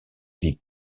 vie